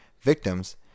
victims